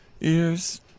Ears